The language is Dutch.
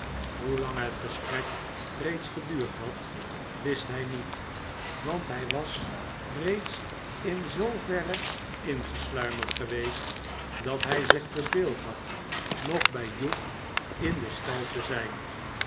praten hoelang het gesprek reeds geduurd had wist hij niet want hij was reeds in zooverre ingesluimerd geweest dat hij zich verbeeld had nog bij hugh in den stal te zijn